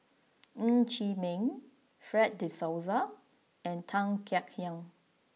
Ng Chee Meng Fred de Souza and Tan Kek Hiang